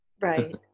Right